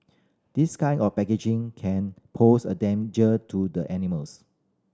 this kind of packaging can pose a danger to the animals